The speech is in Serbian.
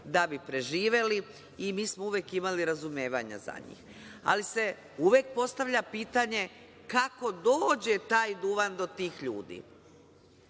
da bi preživeli i mi smo uvek imali razumevanja za njih. Ali se uvek postavlja pitanje - kako dođe taj duvan do tih ljudi